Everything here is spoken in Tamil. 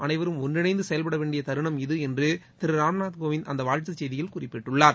அனைவரும் ஒன்றிணைந்து செயல்பட வேண்டிய தருணம் இது என்று திரு ராம்நாத் னோவிந்த அந்த வாழ்த்து செய்தியில் குறிப்பிட்டுள்ளார்